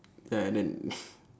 ya and then